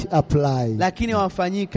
apply